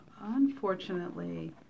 unfortunately